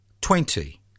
twenty